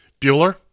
Bueller